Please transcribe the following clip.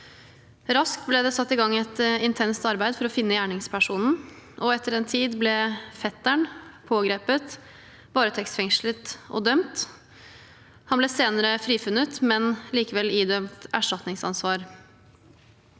Det ble raskt satt i gang et intenst arbeid for å finne gjerningspersonen, og etter en tid ble fetteren pågrepet, varetektsfengslet og dømt. Han ble senere frifunnet, men likevel idømt erstatningsansvar.